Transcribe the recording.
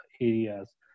areas